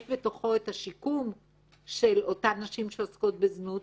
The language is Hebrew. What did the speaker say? יש בתוכו את השיקום של אותן נשים שעוסקות בזנות,